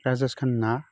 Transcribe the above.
Rajesh Khanna